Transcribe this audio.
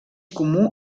comú